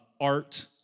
art